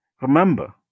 remember